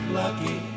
lucky